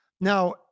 Now